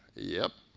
yep.